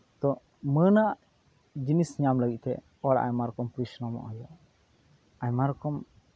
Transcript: ᱛᱚ ᱢᱟᱹᱱᱟᱜ ᱡᱤᱱᱤᱥ ᱧᱟᱢ ᱞᱟᱹᱜᱤᱫ ᱛᱮ ᱦᱚᱲ ᱟᱭᱢᱟ ᱨᱚᱠᱚᱢ ᱯᱨᱚᱨᱤᱥᱨᱚᱢᱚᱜ ᱦᱩᱭᱩᱜᱼᱟ ᱟᱭᱢᱟ ᱨᱚᱠᱚᱢ